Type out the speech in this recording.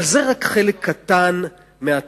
אבל זה רק חלק קטן מהתמונה.